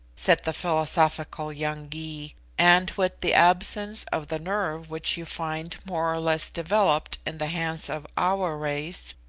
said the philosophical young gy, and with the absence of the nerve which you find more or less developed in the hands of our race,